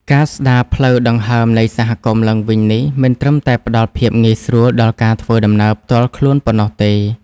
ការស្ដារផ្លូវដង្ហើមនៃសហគមន៍ឡើងវិញនេះ មិនត្រឹមតែផ្ដល់ភាពងាយស្រួលដល់ការធ្វើដំណើរផ្ទាល់ខ្លួនប៉ុណ្ណោះទេ។